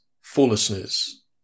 foolishness